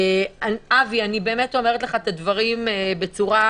אבי, אני אומרת לך את הדברים בצורה